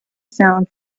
sound